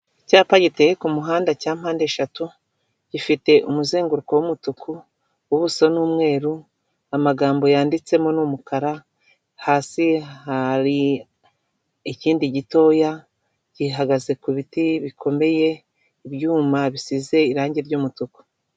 Icyapa giteye kumuhanda cya mpande eshatu gifite umuzenguruko w'umutuku ubuso ni umweru amagambo yanditsemo n'umukara hasi hari ikindi gitoya gihagaze ku biti bikomeye ibyuma bisize irangi ry'umutuku.